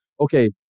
okay